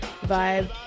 vibe